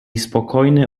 spokojny